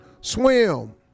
swim